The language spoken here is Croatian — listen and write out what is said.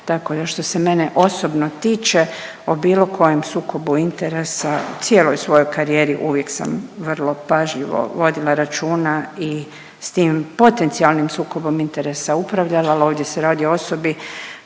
tako da što se mene osobno tiče o bilo kojem sukobu interesa u cijeloj svojoj karijeri uvijek sam vrlo pažljivo vodila računa i s tim potencijalnim sukobom interesa upravljala al ovdje se radi o osobi